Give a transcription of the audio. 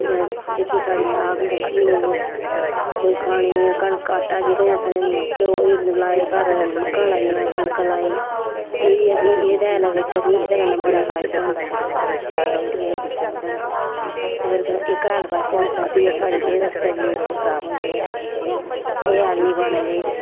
जेह्की साढ़ी साग सब्जी होग कोई खाने ई कनक आटा जेह्का चौ असें लाए घर मक्कां लाइयां कनक लाई एह् असें एह्दे हैले बिच्च एह्दे कन्नै बड़ा फायदा होंदा पाना कि शैल रौंह्दियां एह् चीजां ओह्दे कन्नै अगर तुस एहका हैल पाचै अस तां फ्ही साढ़ी सेहत आस्तै बी ओह् बड़े खराब होंदे हैल एह् हैल नी पाने चाहिदे